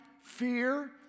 fear